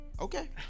Okay